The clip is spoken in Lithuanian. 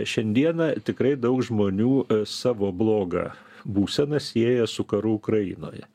šiandieną tikrai daug žmonių savo blogą būseną sieja su karu ukrainoje